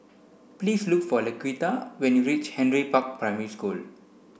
please look for Laquita when you reach Henry Park Primary School